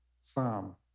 Psalm